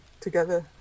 together